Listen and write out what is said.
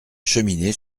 cheminée